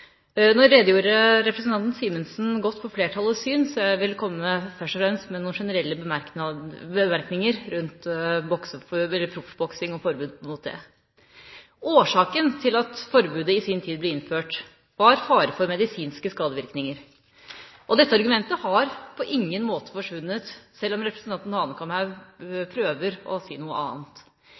Nå redegjorde representanten Simensen godt for flertallets syn, så jeg vil først og fremst komme med noen generelle bemerkninger rundt proffboksing og forbud mot det. Årsaken til at forbudet i sin tid ble innført, var fare for medisinske skadevirkninger. Dette argumentet har på ingen måte forsvunnet, selv om representanten Hanekamhaug prøver å